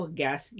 gas